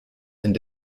and